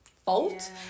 Fault